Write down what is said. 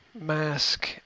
mask